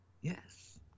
Yes